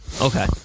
Okay